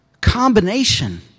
combination